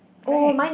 rag